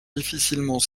difficilement